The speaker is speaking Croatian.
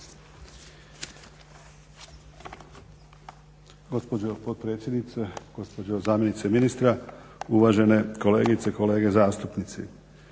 Gospođo potpredsjednice, gospođo zamjenice ministra, uvažene kolegice i kolege zastupnici.